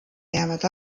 jäävad